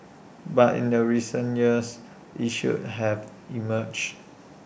but in the recent years issues have emerged